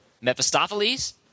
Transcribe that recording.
Mephistopheles